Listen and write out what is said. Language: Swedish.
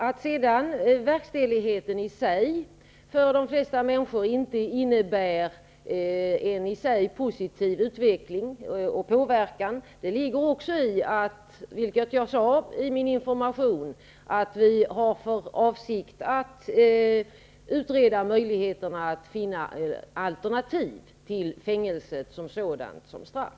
Att sedan verkställigheten för de flesta människor inte i sig innebär en positiv utveckling och påverkan ligger i sakens natur. Jag sade i min information att regeringen har för avsikt utreda möjligheterna att finna alternativ till fängelsestraffet som sådant.